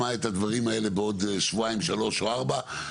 יודע שאדוני גם אמר שאחרי התקציב יטפלו גם בו בעדיפות,